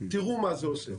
תראו מה זה עושה.